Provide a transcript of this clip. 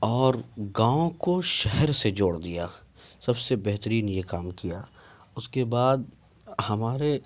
اور گاؤں کو شہر سے جوڑ دیا سب سے بہترین یہ کام کیا اس کے بعد ہمارے